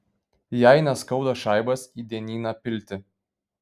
jai neskauda šaibas į dienyną pilti